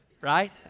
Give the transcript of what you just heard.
Right